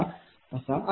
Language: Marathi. हा असा आहे